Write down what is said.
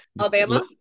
alabama